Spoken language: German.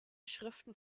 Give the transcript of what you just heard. schriften